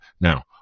Now